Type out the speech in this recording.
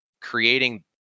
creating